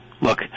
look